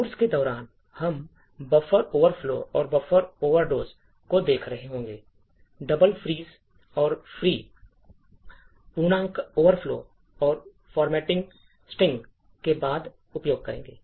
course के दौरान हम बफर ओवरफ्लो और बफर ओवरडोज़ को देख रहे होंगे डबल फ्रीज़ और फ्री पूर्णांक ओवरफ्लो और फॉर्मेट स्ट्रिंग के बाद उपयोग करेंगे